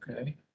okay